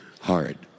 hard